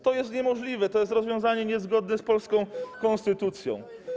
To jest niemożliwe, to jest rozwiązanie niezgodne z polską konstytucją.